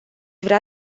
vrea